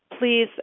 Please